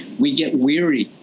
we get weary.